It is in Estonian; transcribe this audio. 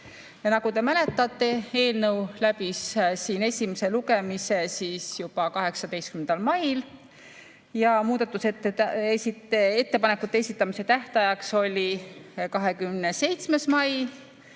Nagu te mäletate, eelnõu läbis siin esimese lugemise juba 18. mail ja muudatusettepanekute esitamise tähtajaks oli 27. mai.